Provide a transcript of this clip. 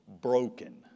broken